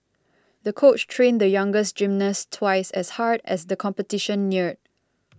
the coach trained the young gymnast twice as hard as the competition neared